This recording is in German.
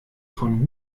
von